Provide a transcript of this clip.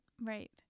Right